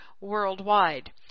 worldwide